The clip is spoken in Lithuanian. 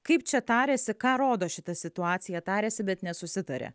kaip čia tarėsi ką rodo šita situacija tarėsi bet nesusitarė